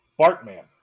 Bartman